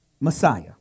Messiah